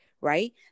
right